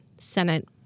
Senate